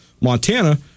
Montana